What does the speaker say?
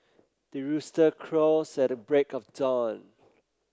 the rooster crows at the break of dawn